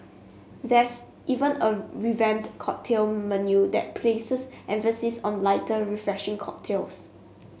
there's even a revamped cocktail menu that places emphasis on lighter refreshing cocktails